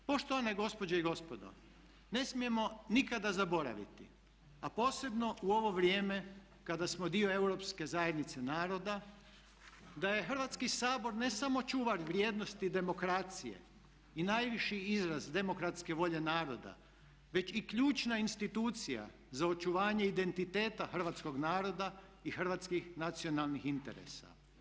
Poštovane gospođe i gospodo ne smijemo nikada zaboraviti a posebno u ovo vrijeme kada smo dio europske zajednice naroda, da je Hrvatski sabor ne samo čuvar vrijednosti i demokracije i najviši izraz demokratske volje naroda već i ključna institucija za očuvanje identiteta hrvatskog naroda i hrvatskih nacionalnih interesa.